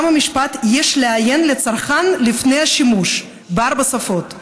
המשפט: "יש לעיין בעלון לצרכן לפני השימוש" בארבע השפות.